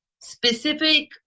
specific